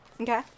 Okay